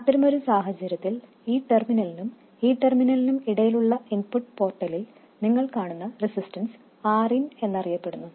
അത്തരമൊരു സാഹചര്യത്തിൽ ഈ ടെർമിനലിനും ഈ ടെർമിനലിനും ഇടയിലുള്ള ഇൻപുട്ട് പോർട്ടിലിൽ നിങ്ങൾ കാണുന്ന റെസിസ്റ്റൻസ് Rin എന്നറിയപ്പെടുന്നു